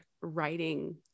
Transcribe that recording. writing